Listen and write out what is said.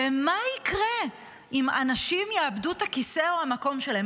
ומה יקרה אם אנשים יאבדו את הכיסא או המקום שלהם,